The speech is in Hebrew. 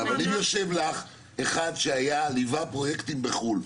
אבל אם יושב לך אחד שהיה וליווה פרויקטים בחו"ל,